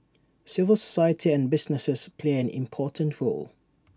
civil society and businesses play an important role